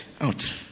out